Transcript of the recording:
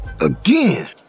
again